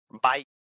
Bye